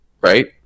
right